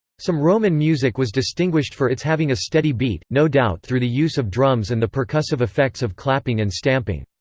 some roman music was distinguished for its having a steady beat, no doubt through the use of drums and the percussive effects of clapping and stamping.